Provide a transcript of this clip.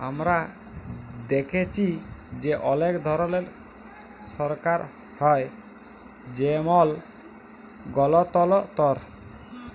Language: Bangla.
আমরা দ্যাখেচি যে অলেক ধরলের সরকার হ্যয় যেমল গলতলতর